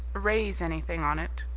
raise anything on it?